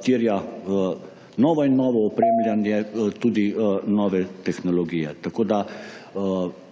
terja v nova in novo opremljanje, tudi nove tehnologije. Tako da,